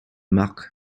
mark